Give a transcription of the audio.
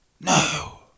no